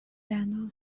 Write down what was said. final